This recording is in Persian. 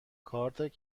کارت